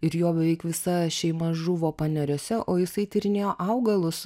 ir jo beveik visa šeima žuvo paneriuose o jisai tyrinėjo augalus